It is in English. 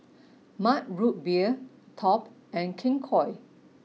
Mug Root Beer Top and King Koil